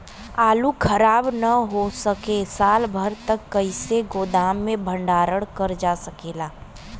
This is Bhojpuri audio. आलू खराब न हो सके साल भर तक कइसे गोदाम मे भण्डारण कर जा सकेला?